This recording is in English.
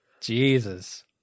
jesus